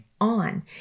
on